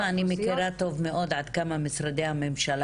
אני מכירה טוב מאוד עד כמה משרדי הממשלה